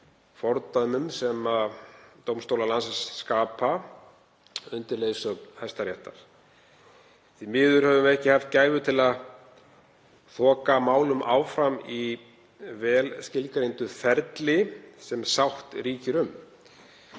fordæmum sem dómstólar landsins skapa undir leiðsögn Hæstaréttar. Því miður höfum við ekki borið gæfu til að þoka málum áfram í vel skilgreindu ferli sem sátt ríkir um.